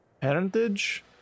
parentage